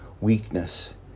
weakness